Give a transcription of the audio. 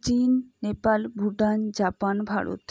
চীন নেপাল ভুটান জাপান ভারত